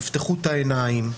תפתחו את העיניים,